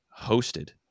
hosted